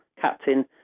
captain